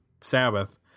sabbath